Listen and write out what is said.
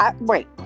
wait